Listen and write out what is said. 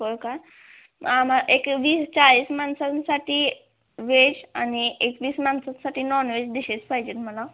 होय काय आम्हा एक वीस चाळीस माणसांसाठी वेज आणि एकवीस माणसांसाठी नॉन वेज डिशेस् पाहिजेत मला